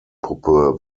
puppe